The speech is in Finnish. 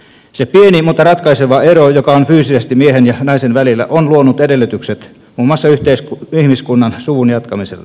se pieni mutta ratkaiseva ero joka on fyysisesti miehen ja naisen välillä on luonut edellytykset muun muassa ihmiskunnan suvunjatkamiselle